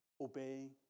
obeying